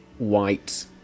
White